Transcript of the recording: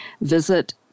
Visit